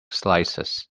slices